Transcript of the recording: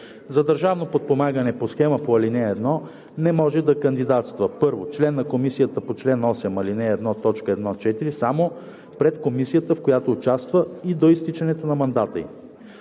За държавно подпомагане по схема по ал. 1 не може да кандидатства: 1. член на комисия по чл. 8, ал. 1, т. 1 – 4 – само пред комисията, в която участва, и до изтичането на мандата ѝ;